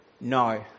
no